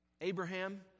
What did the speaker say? Abraham